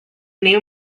new